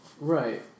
Right